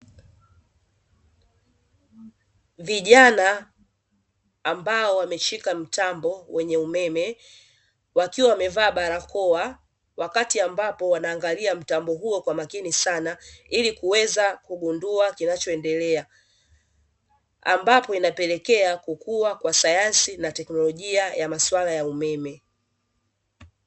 Vijana ambao wameshika mtambo wenye umeme wakiwa wamevaa barakoa, wakati ambapo wanaangalia mtambo huo kwa makini sana ili kuweza kugundua kinachoendelea. Ambapo inapelekea kukua kwa sayansi na teknolojia ya maswala ya umeme.